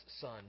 son